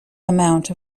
amount